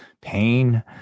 pain